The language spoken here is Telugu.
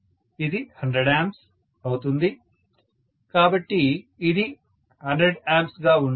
ఇది 100 A అవుతుంది కాబట్టి ఇది 100 A గా ఉండాలి